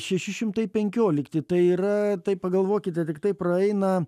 šeši šimtai penkiolikti tai yra taip pagalvokite tiktai praeina